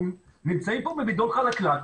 אנחנו נמצאים פה במדרון חלקלק,